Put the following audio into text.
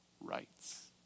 rights